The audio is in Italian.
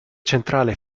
centrale